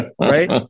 right